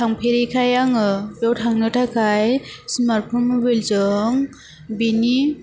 थांफेरिखाय आङो बेयाव थांनो थाखाय स्मार्ट फन मबाइलजों बेनि